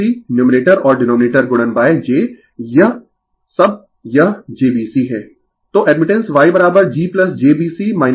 Refer slide Time 2837 तो admittance YG j B C B LG j 1XC 1XL